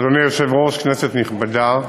אדוני היושב-ראש, כנסת נכבדה,